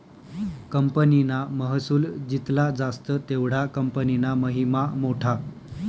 कंपनीना महसुल जित्ला जास्त तेवढा कंपनीना महिमा मोठा